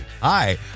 Hi